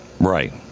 Right